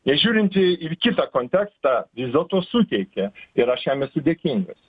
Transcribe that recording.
nežiūrint į kitą kontekstą vis dėlto suteikė ir aš jam esu dėkingas